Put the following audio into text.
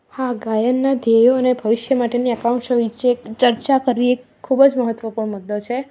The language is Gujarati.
હા ગાયનના ધ્યેયો અને ભવિષ્ય માટેની આકાંક્ષા વિશે એક ચર્ચા કરવી એક ખૂબ જ મહત્ત્વપૂર્ણ મુદો છે